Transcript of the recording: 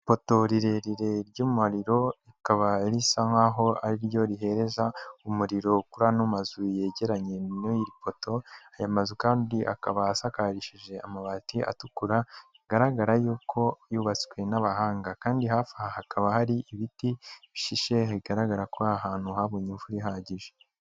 Ipoto rirerire ry'umuriro rikaba risa nkaho ari ryo rihereza umuriro uku n'amazu yegeranye n'iyi poto. Aya mazu kandi akaba asakarishije amabati atukura bigaragara yuko yubatswe n'abahanga kandi hafi aha hakaba hari ibiti bishishe bigaragara ko ahantu habonye imvura ihagije.